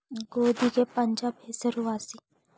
ಗೋಧಿಗೆ ಪಂಜಾಬ್ ಹೆಸರು ವಾಸಿ